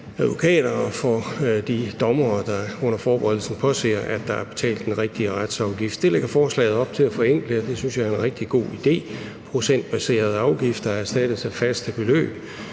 advokater og for de dommere, der under forberedelsen påser, at der er betalt den rigtige retsafgift. Det lægger forslaget op til at forenkle, og det synes jeg er en rigtig god idé: Procentbaserede afgifter erstattes af faste beløb,